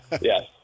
Yes